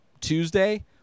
Tuesday